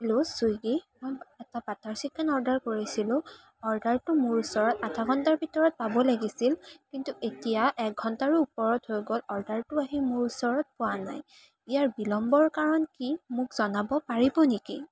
hello Swiggy মই এটা butter chicken order কৰিছিলোঁ অৰ্ডাৰটো মোৰ ওচৰত আধা ঘণ্টাৰ ভিতৰত পাব লাগিছিল কিন্তু এতিয়া এঘণ্টাৰো ওপৰত হৈ গ'ল অৰ্ডাৰটো আহি মোৰ ওচৰত পোৱা নাই ইয়াৰ বিলম্বৰ কাৰণ কি মোক জনাব পাৰিব নেকি